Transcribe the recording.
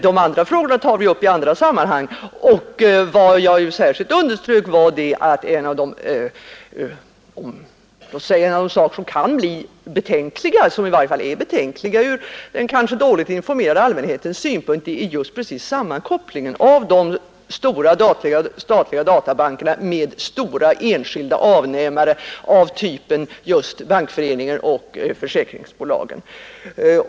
De andra frägorna tar vi upp i andra sammanhang, och jag underströk särskilt att en av de saker som kan bli — och i varje fall är — betänklig ur den kanske däligt informerade allmänhetens synpunkt är just sammankopplingen av de stora statliga databankerna med stora enskilda avnämare av typen Bankföreningen och försäkringsbolagen.